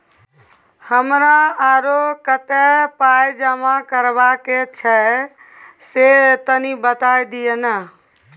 हमरा आरो कत्ते पाई जमा करबा के छै से तनी बता दिय न?